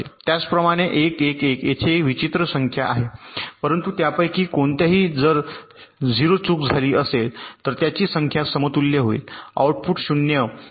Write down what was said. त्याचप्रमाणे १११ येथे एक विचित्र संख्या आहे परंतु त्यापैकी कोणत्याहीात जर 0 चूक झाली असेल तर त्यांची संख्या समतुल्य होईल आऊटपुट 0 होईल